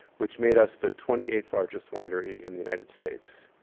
which made us the twenty eighth largest winery in the united states.